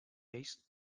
lleis